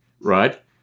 right